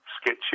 sketchy